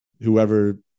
whoever